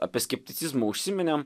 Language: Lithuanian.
apie skepticizmą užsiminėm